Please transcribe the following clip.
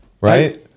Right